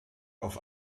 auf